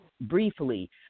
briefly